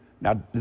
now